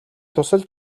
тусалж